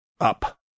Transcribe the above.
up